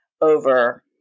over